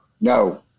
no